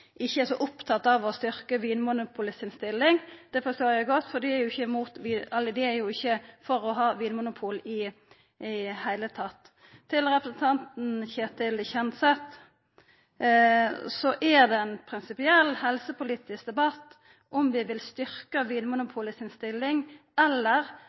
ikkje er så opptatt av å styrkja Vinmonopolet si stilling. Det forstår eg godt, for dei er jo ikkje for å ha vinmonopol i det heile. Til representanten Ketil Kjenseth: Det er ein prinsipiell helsepolitisk debatt om vi vil styrkja Vinmonopolet si stilling eller om vi vil